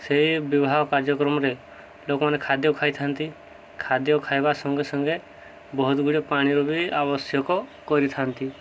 ସେଇ ବିବାହ କାର୍ଯ୍ୟକ୍ରମରେ ଲୋକମାନେ ଖାଦ୍ୟ ଖାଇଥାନ୍ତି ଖାଦ୍ୟ ଖାଇବା ସଙ୍ଗେ ସଙ୍ଗେ ବହୁତ ଗୁଡ଼ିଏ ପାଣିର ବି ଆବଶ୍ୟକ କରିଥାନ୍ତି